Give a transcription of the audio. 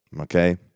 okay